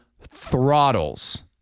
throttles